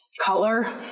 color